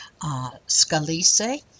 Scalise